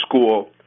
school